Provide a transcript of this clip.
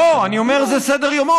לא, אני אומר שזה סדר-יומו.